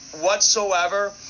whatsoever